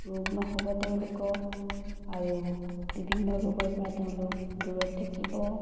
ৰোগ নহ'ব তেওঁলোকক আৰু বিভিন্ন ৰোগৰ পৰা তেওঁলোক দূৰত থাকিব